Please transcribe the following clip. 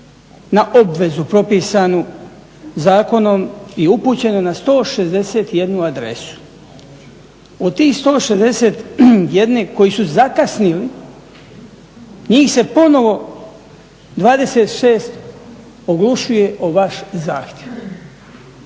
na obvezu propisanu zakonom i upućeno na 161 adresu. Od tih 161 koji su zakasnili, njih se ponovo 26 oglušuje o vaš zahtjev.